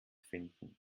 finden